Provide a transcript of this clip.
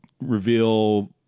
reveal